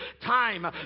time